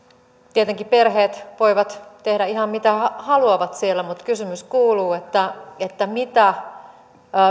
tietenkin perheet voivat tehdä ihan mitä haluavat mutta kysymys kuuluu mitä